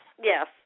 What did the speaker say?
Yes